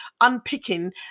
unpicking